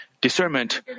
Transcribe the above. discernment